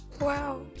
Wow